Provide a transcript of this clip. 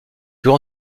plus